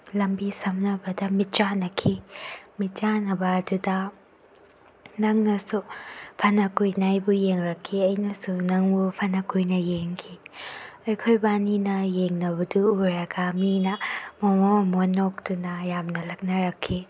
ꯂꯝꯕꯤ ꯁꯝꯅꯕꯗ ꯃꯤꯠꯆꯥꯟꯅꯈꯤ ꯃꯤꯠꯆꯥꯟꯅꯕ ꯑꯗꯨꯗ ꯅꯪꯅꯁꯨ ꯐꯅ ꯀꯨꯏꯅ ꯑꯩꯕꯨ ꯌꯦꯡꯂꯛꯈꯤ ꯑꯩꯅꯁꯨ ꯅꯪꯕꯨ ꯐꯅ ꯀꯨꯏꯅ ꯌꯦꯡꯈꯤ ꯑꯩꯈꯣꯏ ꯏꯕꯥꯅꯤꯅ ꯌꯦꯡꯅꯕꯗꯨ ꯎꯔꯒ ꯃꯤꯅ ꯃꯣꯃꯣꯟ ꯃꯣꯃꯣꯟ ꯅꯣꯛꯇꯨꯅ ꯌꯥꯝꯅ ꯂꯛꯅꯔꯛꯈꯤ